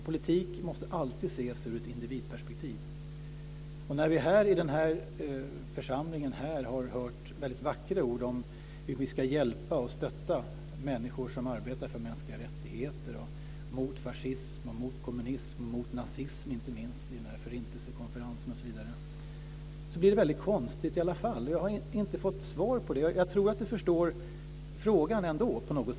Politik måste alltid ses ur ett individperspektiv. Vi har i den här församlingen hört väldigt vackra ord om hur vi ska hjälpa och stötta människor som arbetar för mänskliga rättigheter, mot fascism, mot kommunism och inte minst mot nazism i samband med Förintelsekonferensen osv. Då blir detta väldigt konstigt. Jag har ännu inte fått något svar, men jag tror att finansministern ändå förstår frågan.